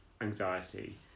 anxiety